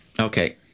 Okay